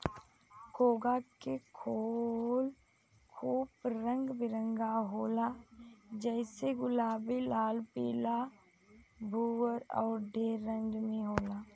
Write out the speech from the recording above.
घोंघा के खोल खूब रंग बिरंग होला जइसे गुलाबी, लाल, पीला, भूअर अउर ढेर रंग में होला